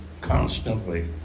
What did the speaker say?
constantly